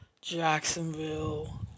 Jacksonville